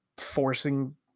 forcing